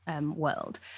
world